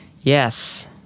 Yes